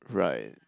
right